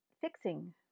fixing